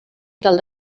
del